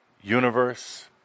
universe